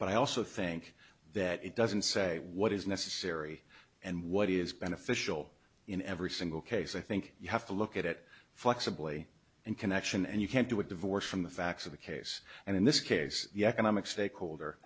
but i also think that it doesn't say what is necessary and what is beneficial in every single case i think you have to look at it flexibly and connection and you can't do it divorced from the facts of the case and in this case the economic stakeholder